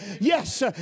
yes